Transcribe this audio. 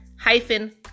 hyphen